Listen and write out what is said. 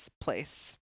place